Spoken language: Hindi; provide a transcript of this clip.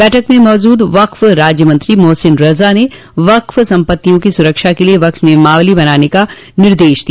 बैठक में मौजूद वक्फ राज्यमंत्री मोहसिन रज़ा ने वक़्फ संपत्तियों की सुरक्षा के लिये वक्फ़ नियमावली बनाने का निर्देश दिया